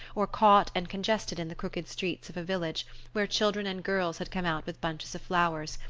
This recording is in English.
or caught and congested in the crooked streets of a village where children and girls had come out with bunches of flowers,